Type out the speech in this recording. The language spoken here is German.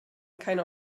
keine